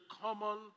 common